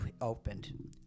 opened